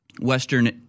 Western